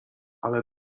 ale